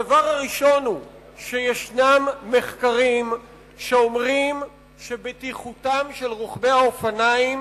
הדבר הראשון הוא שישנם מחקרים שאומרים שבטיחותם של רוכבי האופניים